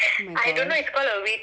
oh my god